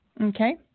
Okay